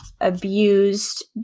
abused